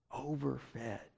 Overfed